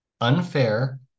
unfair